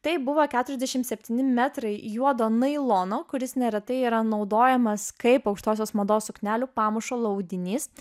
tai buvo keturiasdešimt septyni metrai juodo nailono kuris neretai yra naudojamas kaip aukštosios mados suknelių pamušalo audinys